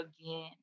again